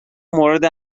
مورد